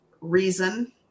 reason